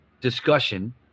discussion